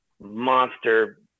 monster